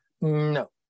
No